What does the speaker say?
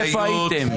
איפה הייתם?